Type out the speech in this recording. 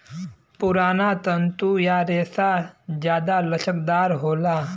पुराना तंतु या रेसा जादा लचकदार होला